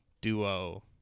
duo